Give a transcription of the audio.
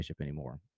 anymore